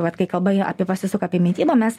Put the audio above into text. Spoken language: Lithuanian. vat kai kalba ji apie pasisuka apie mitybą mes